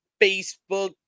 Facebook